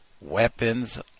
Weapons